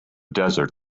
desert